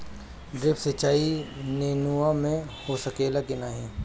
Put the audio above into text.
Drip सिंचाई नेनुआ में हो सकेला की नाही?